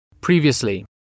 Previously